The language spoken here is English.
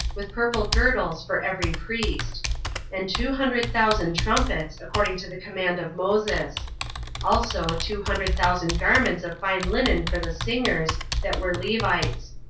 with purple girdles for every priest and two hundred thousand trumpets, according to the command of moses also two hundred thousand garments of fine linen for the singers, that were levites.